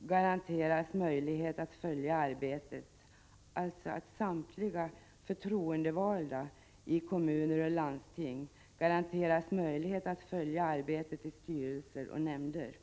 garanteras möjlighet att följa arbetet i styrelser och nämnder”.